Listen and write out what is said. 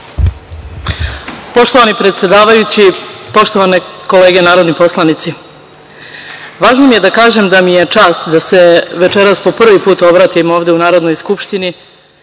Poštovani predsedavajući, poštovane kolege narodni poslanici, važno mi je da kažem da mi je čast da se večeras po prvi put obratim ovde u Narodnoj skupštini,